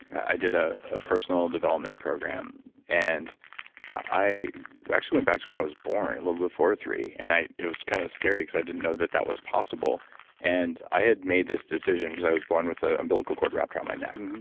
i did ah a personal development program and i actually went back to when i was born, a little before three. and it was kind of scary because i didn't know that that was possible and i had made this decision because i was born with the umbilical cord wrapped around my neck.